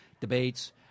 Debates